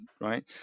right